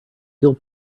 feel